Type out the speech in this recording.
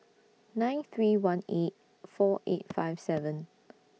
nine three one eight four eight five seven